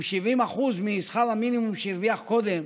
שמשפחה תחזיק מעמד עד יוני עם 70% משכר המינימום שהרוויחה קודם,